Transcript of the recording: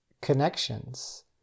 connections